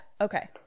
Okay